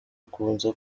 akunze